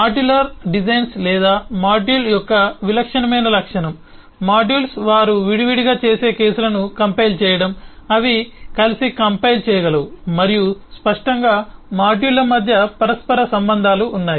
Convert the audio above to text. modular designs లేదా module యొక్క విలక్షణమైన లక్షణం మాడ్యూల్స్ వారు విడివిడిగా చేసే కేసులను కంపైల్ చేయడం అవి కలిసి కంపైల్ చేయగలవు మరియు స్పష్టంగా మాడ్యూళ్ళ మధ్య పరస్పర సంబంధాలు ఉన్నాయి